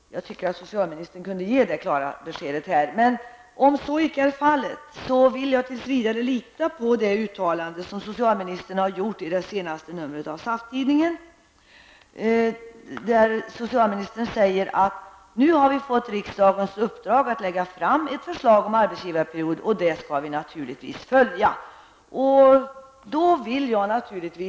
Jag tycker att socialministern här borde kunna ge ett klart besked på den punkten. Om så icke är fallet litar jag tills vidare på det uttalande som socialministern har gjort i det senaste numret av SAF-tidningen, där hon säger: ''Vi har nu fått riksdagens uppdrag att lägga fram ett förslag om arbetsgivarperiod, och det skall vi naturligtvis följa.''